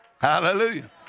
Hallelujah